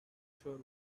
sure